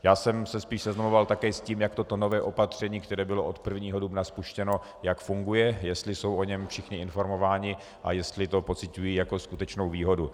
Já jsem se spíš seznamoval také s tím, jak toto nové opatření, které bylo od 1. dubna spuštěno, funguje, jestli jsou o něm všichni informováni a jestli to pociťuji jako skutečnou výhodu.